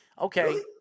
okay